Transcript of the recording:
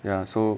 ya so